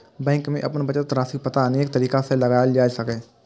bank मे अपन बचत राशिक पता अनेक तरीका सं लगाएल जा सकैए